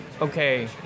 Okay